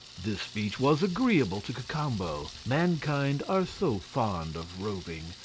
this speech was agreeable to cacambo mankind are so fond of roving,